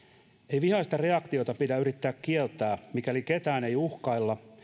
ei vihaista reaktiota pidä yrittää kieltää mikäli ketään ei uhkailla